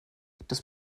das